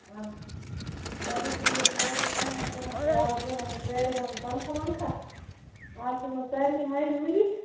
اَدٕ حظ چَلو ٹھیٖک مےٚ حظ دوٚپ تۄہہِ ما تہِ ما چھِو اَز دیُن یِمن کٲرۍ گَرن تنخواہ ونخواہ اَز چھِنہٕ حظ سارِنٕے مجبوٗری